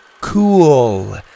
cool